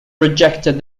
rejected